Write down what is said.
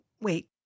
wait